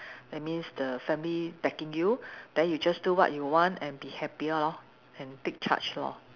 that means the family backing you then you just do what you want and be happier lor and take charge lor